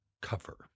cover